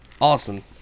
awesome